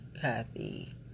Kathy